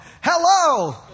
Hello